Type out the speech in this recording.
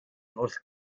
wrth